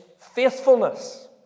faithfulness